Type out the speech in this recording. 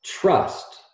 trust